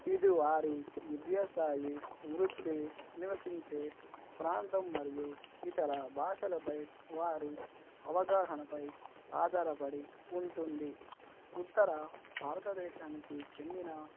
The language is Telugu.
ఇది వారి విద్యాస్థాయి వృత్తి నివసించే ప్రాంతం మరియు ఇతర భాషలపై వారి అవగాహనపై ఆధారపడి ఉంటుంది ఉత్తర భారతదేశానికి చెందిన